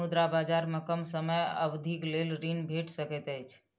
मुद्रा बजार में कम समय अवधिक लेल ऋण भेट सकैत अछि